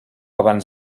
abans